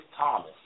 Thomas